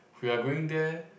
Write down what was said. we're going there